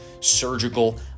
Surgical